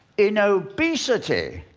in obesity,